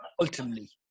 ultimately